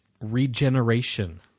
regeneration